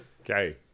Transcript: Okay